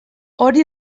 hori